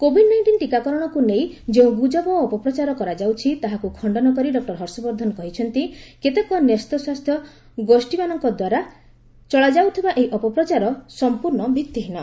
Covid nineteen ଟିକାକରଣକୁ ନେଇ ଯେଉଁ ଗୁଜବ ଓ ଅପପ୍ରଚାର କରାଯାଉଛି ତାହାକୁ ଖଶ୍ଚନ କରି ଡକ୍ଟର ହର୍ଷବର୍ଦ୍ଧନ କହିଛନ୍ତି କେତେକ ନ୍ୟସ୍ତସ୍ୱାସ୍ଥ୍ୟ ଗୋଷ୍ଠୀମାନଙ୍କ ଦ୍ୱାରା ଚଳାଯାଉଥିବା ଏହି ଅପପ୍ରଚାର ସମ୍ପର୍ଣ୍ଣ ଭିତ୍ତିହୀନ